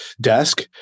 desk